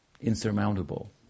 insurmountable